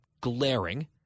glaring